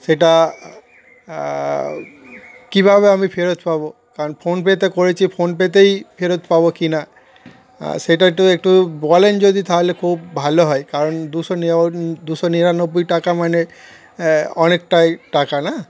সেটা কীভাবে আমি ফেরত পাবো কারণ ফোনপেতে করেছি ফোনপেতেই ফেরত পাবো কি না সেটা একটু একটু বলেন যদি তাহলে খুব ভালো হয় কারণ দুশো দুশো নিরানব্বই টাকা মানে অনেকটাই টাকা না